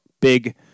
big